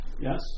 yes